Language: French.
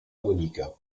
monica